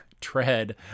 tread